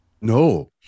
No